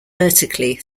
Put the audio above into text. vertically